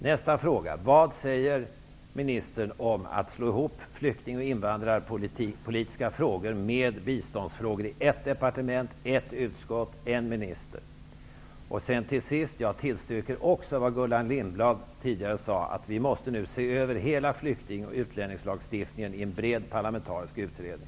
Till sist: Jag tillstyrker också vad Gullan Lindblad tidigare sade, nämligen att vi nu i en bred parlamentarisk utredning måste se över hela flykting och utlänningslagstiftningen.